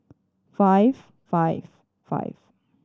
five five five